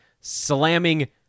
slamming